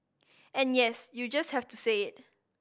and yes you just have to say it